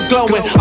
Glowing